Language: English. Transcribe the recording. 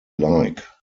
like